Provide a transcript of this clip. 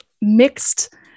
mixed